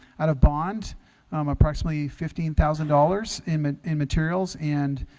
out of bond um approximately fifteen thousand dollars in in materials and